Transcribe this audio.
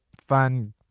fun